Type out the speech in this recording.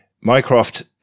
Mycroft